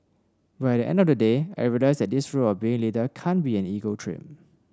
but at the end of the day I realised that this role of being leader can't be an ego trip